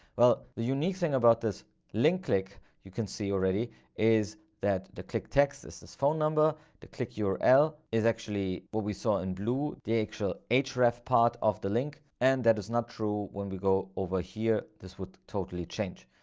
well, the unique thing about this link click you can see already is that the click text is this phone number to click url is actually what we saw in blue, the actual hf part of the link. and that is not true. when we go over here, this would totally change.